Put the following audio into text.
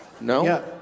No